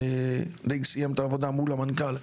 והוא די סיים את העבודה מול המנכ"ל,